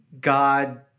God